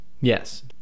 Yes